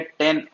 10